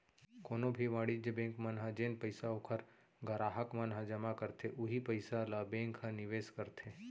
कोनो भी वाणिज्य बेंक मन ह जेन पइसा ओखर गराहक मन ह जमा करथे उहीं पइसा ल बेंक ह निवेस करथे